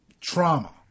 trauma